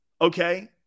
okay